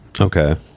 Okay